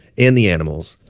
and the animals.